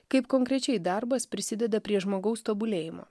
kaip konkrečiai darbas prisideda prie žmogaus tobulėjimo